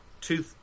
two